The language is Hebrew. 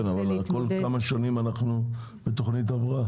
כן, אבל כל כמה שנים בתוכנית הבראה.